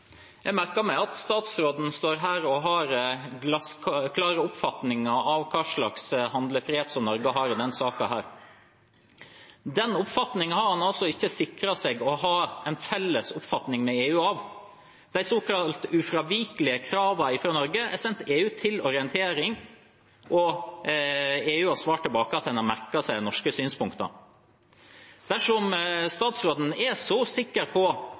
Jeg merker meg at statsråden står her og har glassklare oppfatninger av hvilken handlefrihet Norge har i denne saken. Den oppfatningen har han altså ikke sikret seg å ha en felles oppfatning av med EU. De såkalte ufravikelige kravene fra Norge er sendt EU til orientering, og EU har svart tilbake at en har merket seg de norske synspunktene. Dersom statsråden er så sikker på